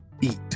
eat